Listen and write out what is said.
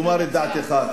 תאמר את דעתך.